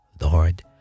Lord